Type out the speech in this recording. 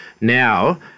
now